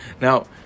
Now